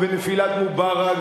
בנפילת מובארק,